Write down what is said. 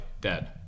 dead